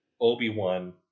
Obi-Wan